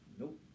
Nope